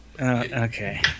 Okay